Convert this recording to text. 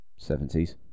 70s